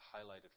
highlighted